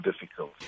difficult